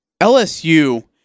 LSU –